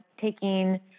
taking